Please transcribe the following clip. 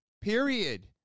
period